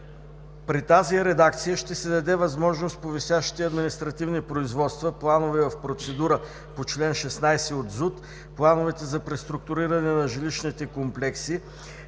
При тази редакция ще се даде възможност по висящите административни производства, плановете в процедура по чл. 16 от ЗУТ, плановете за преструктуриране на жилищните комплекси